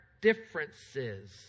differences